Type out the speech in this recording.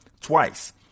twice